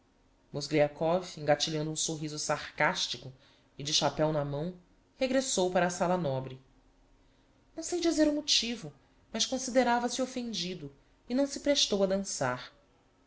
mozgliakov engatilhando um sorriso sarcastico e de chapeu na mão regressou para a sala nobre não sei dizer o motivo mas considerava-se offendido e não se prestou a dansar